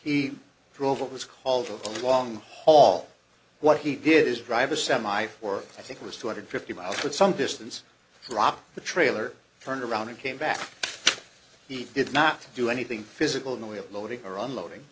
he drove what was called of the long haul what he did is drive a semi or i think it was two hundred fifty miles put some distance drop the trailer turned around and came back he did not do anything physical in the way of loading or unloading